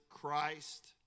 Christ